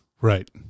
Right